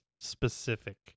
specific